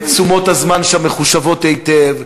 תשומות הזמן שם מחושבות היטב.